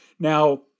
Now